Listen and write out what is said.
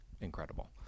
incredible